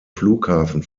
flughafen